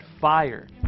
fire